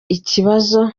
ikibazo